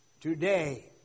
today